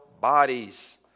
bodies